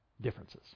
differences